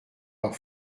pas